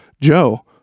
Joe